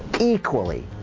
equally